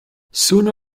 sooner